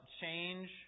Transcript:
change